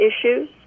issues